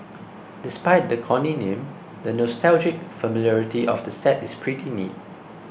despite the corny name the nostalgic familiarity of the set is pretty neat